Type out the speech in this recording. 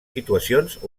situacions